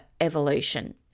evolution